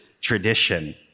tradition